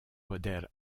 poder